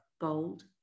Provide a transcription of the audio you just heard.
gold